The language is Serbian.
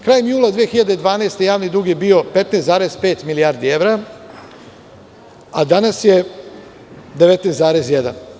Krajem jula 2012. godine javni dug je bio 15,5 milijardi evra, a danas je 19,1.